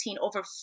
over